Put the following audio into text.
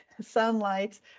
sunlight